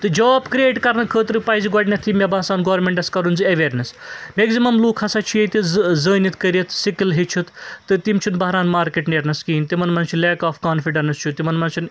تہٕ job create کَرنہٕ خٲطرٕ پَزِ گۄڈٕنیٚتھٕے مےٚ باسان گورمِنٹَس کَرُن زِ ایٚویرنیٚس میٚگزِمم لوٗکھ ہَسا چھِ ییٚتہِ زٲنِتھ کٔرِتھ سِکل ہیٚچھِتھ تہٕ تِم چھِنہٕ بہران مارکیٚٹ نیرنَس کِہیٖنۍ تِمن مَنٛز چھُ لیک آف کانفِڈیٚنٕس چھُ تِمن مَنٛز چھُنہٕ